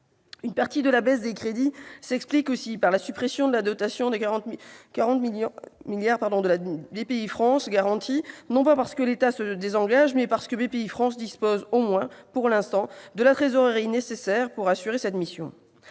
Une partie de la baisse des crédits s'explique aussi par la suppression de la dotation de 40 millions d'euros à Bpifrance Garantie. Non que l'État se désengage, mais Bpifrance dispose, au moins pour l'instant, de la trésorerie nécessaire pour assurer cette mission.